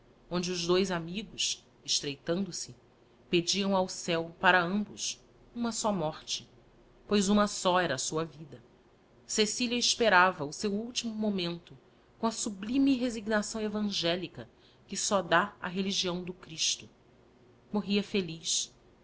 onde os dois amigos estreitando-se pediam ao céo para ambos uma só morte pois uma só era a sua vida cecilia esperava o seu ultimo momento com a sublime resignação evangélica que só dá a religião do christo morria feliz